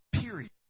period